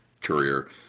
career